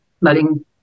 letting